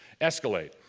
escalate